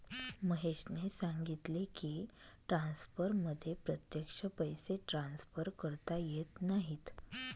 महेशने सांगितले की, ट्रान्सफरमध्ये प्रत्यक्ष पैसे ट्रान्सफर करता येत नाहीत